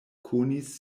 konis